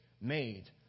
made